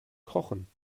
kochen